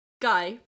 guy